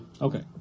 Okay